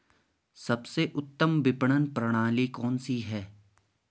सबसे उत्तम विपणन प्रणाली कौन सी है?